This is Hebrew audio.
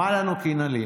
מה לנו כי נלין.